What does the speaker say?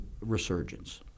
resurgence